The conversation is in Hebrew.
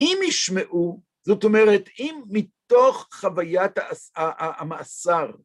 אם ישמעו, זאת אומרת אם מתוך חוויית המאסר